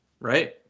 Right